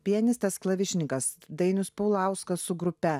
pianistas klavišininkas dainius pulauskas su grupe